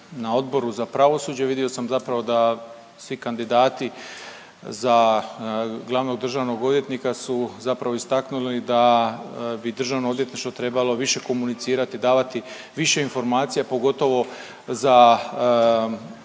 na Odboru za pravosuđe, vidio sam zapravo da svi kandidati za glavnog državnog odvjetnika su zapravo istaknuli da bi Državno odvjetništvo trebalo više komunicirati, davati više informacija pogotovo za